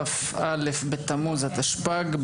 כ"א בתמוז התשפ"ג,